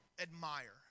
admire